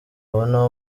babona